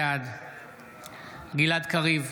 בעד גלעד קריב,